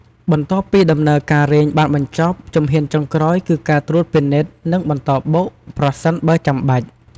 បន្ទាប់ពីដំណើរការរែងបានបញ្ចប់ ជំហានចុងក្រោយគឺការត្រួតពិនិត្យ និងបន្តបុក ប្រសិនបើចាំបាច់។